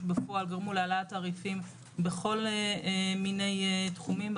שבפועל גרמו להעלאת תעריפים בכל מיני תחומים,